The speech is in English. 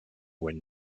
when